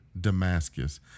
Damascus